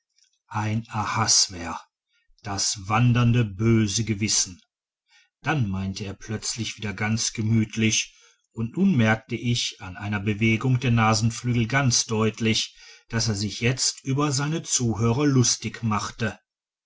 ein ahasver das wandernde böse gewissen dann meinte er plötzlich wieder ganz gemütlich und nun merkte ich an einer bewegung der nasenflügel ganz deutlich daß er sich jetzt über seine zuhörer lustig machte